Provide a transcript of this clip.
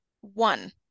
one